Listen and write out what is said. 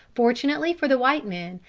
fortunately for the white men,